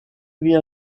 via